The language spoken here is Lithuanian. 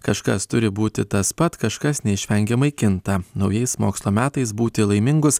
kažkas turi būti tas pat kažkas neišvengiamai kinta naujais mokslo metais būti laimingus